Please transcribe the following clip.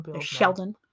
sheldon